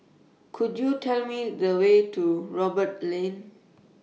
Could YOU Tell Me The Way to Roberts Lane